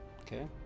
Okay